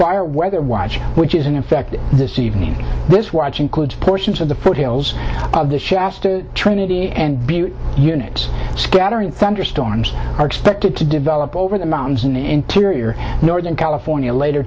fire weather watch which is in effect this evening this watch includes portions of the foothills of the shasta trinity and units scattering thunderstorms are expected to develop over the mountains in interior northern california later